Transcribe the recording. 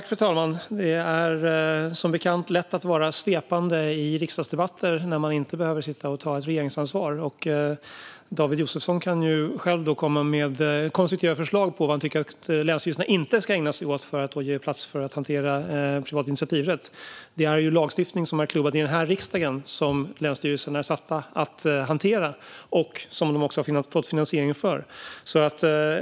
Fru talman! Det är som bekant lätt att vara svepande i riksdagsdebatter när man inte behöver ta regeringsansvar. David Josefsson kan ju själv komma med konstruktiva förslag på vad han tycker att länsstyrelserna inte ska ägna sig åt för att ge plats för att hantera privat initiativrätt. Det är ju lagstiftning som är klubbad i den här riksdagen som länsstyrelserna är satta att hantera och som de också har fått finansiering för.